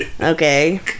Okay